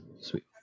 sweet